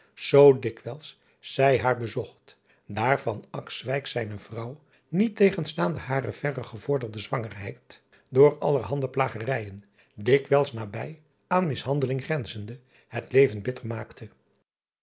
zoo dikwijls zij haar bezocht daar zijne vrouw niet tegenstaande hare verre gevorderde zwangerheid door allerhande plagerijen dikwijls nabij aan mishandeling grenzende het leven bitter maakte